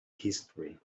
history